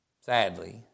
sadly